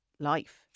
Life